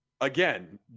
again